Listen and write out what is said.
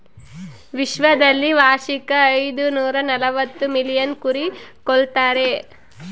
ವಿಶ್ವದಲ್ಲಿ ವಾರ್ಷಿಕ ಐದುನೂರನಲವತ್ತು ಮಿಲಿಯನ್ ಕುರಿ ಕೊಲ್ತಾರೆ